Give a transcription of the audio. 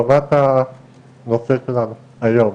ברמת הנושא שלנו היום,